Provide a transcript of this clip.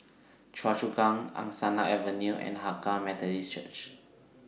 Choa Chu Kang Angsana Avenue and Hakka Methodist Church